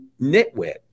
nitwit